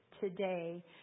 today